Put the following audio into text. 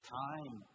time